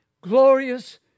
Glorious